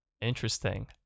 Interesting